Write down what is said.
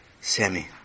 Sammy